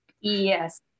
Yes